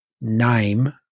name